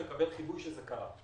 הוא מקבל חיווי שזה קרה.